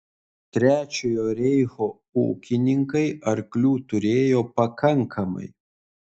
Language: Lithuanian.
trečiojo reicho ūkininkai arklių turėjo pakankamai